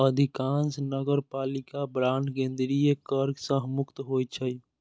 अधिकांश नगरपालिका बांड केंद्रीय कर सं मुक्त होइ छै